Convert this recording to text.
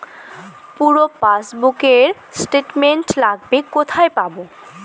পুরো পাসবুকের স্টেটমেন্ট লাগবে কোথায় পাব?